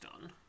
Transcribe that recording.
done